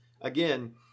again